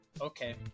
Okay